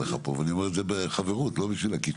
פה, ואני אומר את זה בחברות, לא בשביל עקיצה.